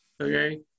okay